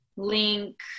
link